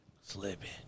Slipping